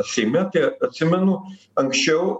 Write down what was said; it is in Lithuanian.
seime tai atsimenu anksčiau